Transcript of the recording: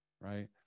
right